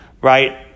Right